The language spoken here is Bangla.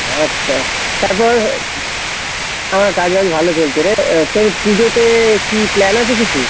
আচ্ছা তারপর আমার কাজ বাজ ভালো চলছে রে তুই পুজোতে কী প্ল্যান আছে কিছু